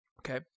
Okay